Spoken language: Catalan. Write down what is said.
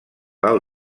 del